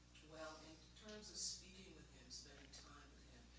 well, in terms of speaking with him, spending time